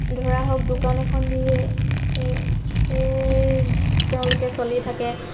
ধৰা হওক দোকান এখন দিয়ে তেওঁলোকে চলি থাকে